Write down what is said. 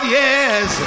yes